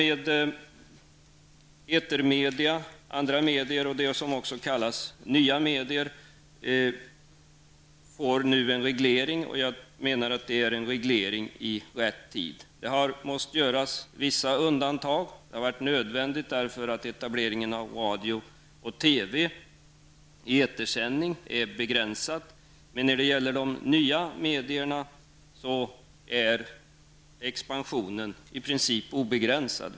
Etermedier, andra medier och de som också kallas nya medier får nu en reglering, och jag menar att den kommer i rätt tid. Vissa undantag har måst göras, eftersom etableringen av radio och TV i etersändning är begränsad. När det gäller de nya medierna är expansionen i princip obegränsad.